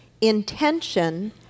intention